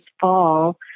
fall